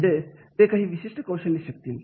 म्हणजे ते काही विशिष्ट कौशल्य शिकतील